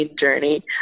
journey